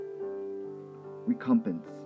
recompense